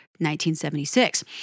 1976